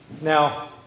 Now